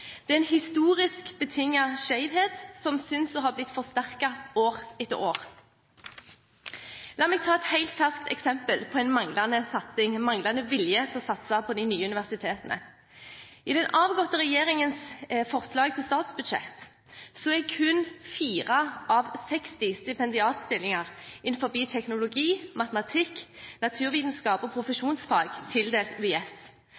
Det er en historisk betinget skjevhet som synes å ha blitt forsterket år etter år. La meg ta et helt ferskt eksempel på en manglende vilje til å satse på de nye universitetene. I den avgåtte regjeringens forslag til statsbudsjett er kun 4 av 60 stipendiatstillinger innenfor bioteknologi, matematikk, naturvitenskap og